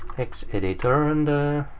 hex editor, and,